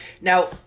Now